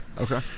Okay